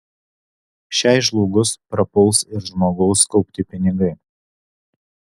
šiai žlugus prapuls ir žmogaus kaupti pinigai